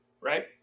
Right